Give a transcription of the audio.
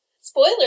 Spoiler